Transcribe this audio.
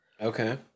Okay